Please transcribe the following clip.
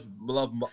love